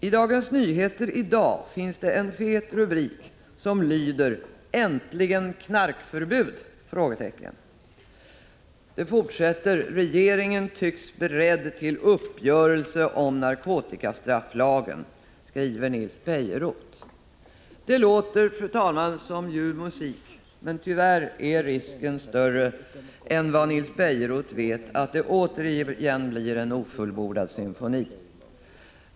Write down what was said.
I Dagens Nyheter i dag finns det en fet rubrik som lyder: ”Äntligen knarkförbud?” Rubriken fortsätter: ”Regeringen tycks beredd till uppgörelse om narkotikastrafflagen, skriver Nils Bejerot.” Det låter, fru talman, som ljuv musik, men tyvärr är risken större än Nils Bejerot är medveten om, att det återigen blir en ofullbordad symfoni.